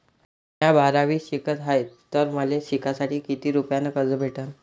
म्या बारावीत शिकत हाय तर मले शिकासाठी किती रुपयान कर्ज भेटन?